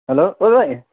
hello ओइ भाइ